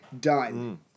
Done